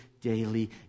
daily